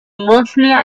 bosnia